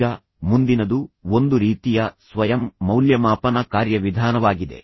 ಈಗ ಮುಂದಿನದು ಒಂದು ರೀತಿಯ ಸ್ವಯಂ ಮೌಲ್ಯಮಾಪನ ಕಾರ್ಯವಿಧಾನವಾಗಿದೆ